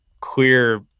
clear